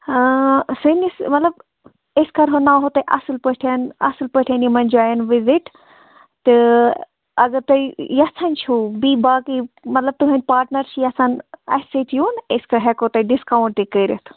ہاں سٲنِس مطلب أسۍ کَرہو ناوہو تۄہہِ اَصٕل پٲٹھٮ۪ن اَصٕل پٲٹھٮ۪ن یِمَن جایَن وِزِٹ تہٕ اگر تۄہۍ یَژھان چھُو بیٚیہِ باقٕے مطلب تُہٕنٛدۍ پاٹنَر چھِ یَژھان اَسہِ سۭتۍ یُن أسۍ ہٮ۪کو تۄہہِ ڈِسکاوُنٛٹ تہِ کٔرِتھ